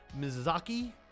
Mizaki